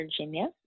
Virginia